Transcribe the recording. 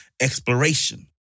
exploration